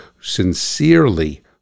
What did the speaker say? sincerely